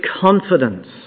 confidence